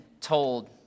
told